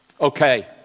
Okay